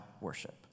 worship